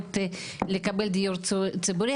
זכות לקבל דיור ציבורי,